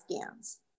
scans